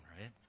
right